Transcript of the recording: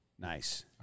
Nice